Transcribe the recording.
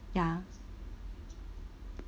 ya